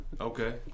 Okay